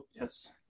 Yes